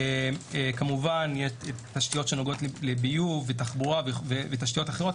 כמובן תשתיות שנוגעות לביוב ותחבורה ותשתיות אחרות,